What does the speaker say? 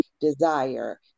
desire